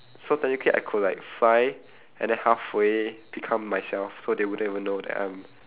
so technically I could like fly and then halfway become myself so they wouldn't even know that I'm